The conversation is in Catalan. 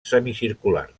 semicircular